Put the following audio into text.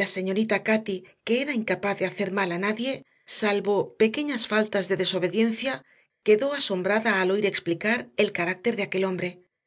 la señorita cati que era incapaz de hacer mal a nadie salvo pequeñas faltas de desobediencia quedó asombrada al oír explicar el carácter de aquel hombre